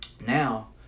now